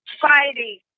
fighting